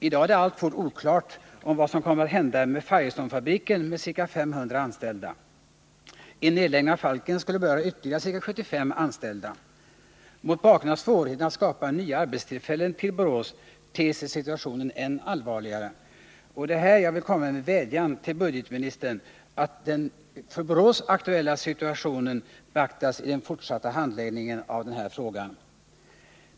I dag är det alltfort oklart vad som kommer att hända med Firestonefabriken med ca 500 anställda. En nedläggning av Falken skulle beröra ytterligare ca 75 anställda. Mot bakgrund av svårigheterna att skapa nya arbetstillfällen i Borås ter sig situationen än allvarligare. Här vill jag komma med en vädjan till budgetministern, att den för Borås aktuella situationen beaktas vid den fortsatta handläggningen av denna fråga.